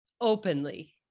openly